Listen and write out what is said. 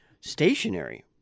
stationary